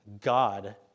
God